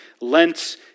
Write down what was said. Lent